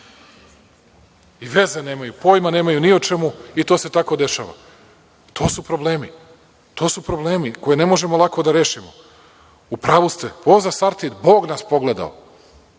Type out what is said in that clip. I veze nemaju, pojma nemaju ni o čemu i to se tako dešava. To su problemi. To su problemi koje ne možemo lako da rešimo. U pravu ste. Ovo za Sartid, Bog nas pogledao.